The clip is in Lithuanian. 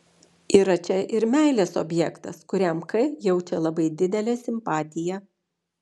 yra čia ir meilės objektas kuriam k jaučia labai didelę simpatiją